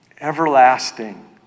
Everlasting